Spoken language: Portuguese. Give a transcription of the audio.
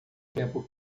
tempo